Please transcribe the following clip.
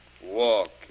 walk